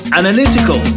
analytical